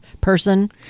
Person